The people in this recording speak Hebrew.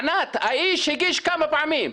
ענת, האיש הגיש כמה פעמים.